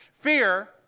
Fear